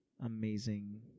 Amazing